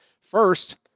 First